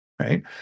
Right